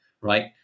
right